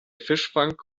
fischfang